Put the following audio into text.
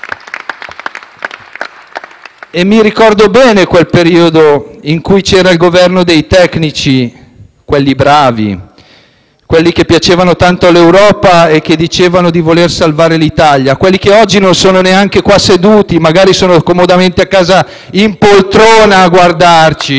Mi ricordo bene quel periodo in cui c'era il Governo dei tecnici: quelli bravi, che piacevano tanto all'Europa e che dicevano di voler salvare l'Italia, che oggi non sono neanche qua seduti, ma magari sono a casa a guardarci